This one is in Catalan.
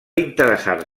interessar